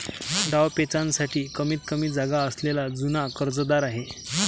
डावपेचांसाठी कमीतकमी जागा असलेला जुना कर्जदार आहे